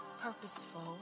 purposeful